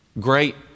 Great